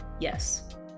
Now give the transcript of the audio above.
Yes